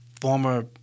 former